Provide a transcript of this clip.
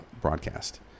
broadcast